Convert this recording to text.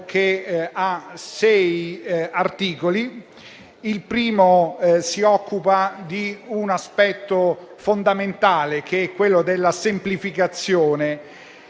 quali si occupa di un aspetto fondamentale, quello della semplificazione,